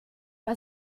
bei